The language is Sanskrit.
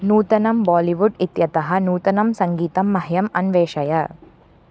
नूतनं बालिवुड् इत्यतः नूतनं सङ्गीतं मह्यम् अन्वेषय